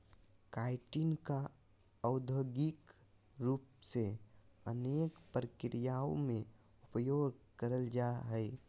chitin का औद्योगिक रूप से अनेक प्रक्रियाओं में उपयोग करल जा हइ